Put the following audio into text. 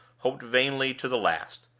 hoped vainly to the last.